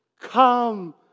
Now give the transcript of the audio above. Come